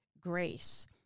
grace